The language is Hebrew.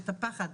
את הפחד,